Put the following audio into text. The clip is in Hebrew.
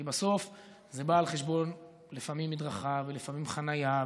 כי בסוף זה בא לפעמים על חשבון מדרכה ולפעמים על חשבון חניה,